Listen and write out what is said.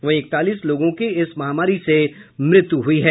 वहीं इकतालीस लोगों की इस महामारी से मृत्यु हुई है